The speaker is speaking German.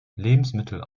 lebensmittel